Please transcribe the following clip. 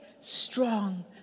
strong